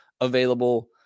available